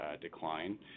decline